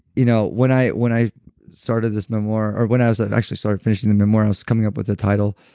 you know when i when i started this memoir, or when i ah actually started finishing the memoir, i was coming up with a title,